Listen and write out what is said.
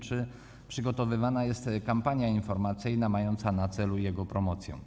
Czy przygotowywana jest kampania informacyjna mająca na celu jego promocję?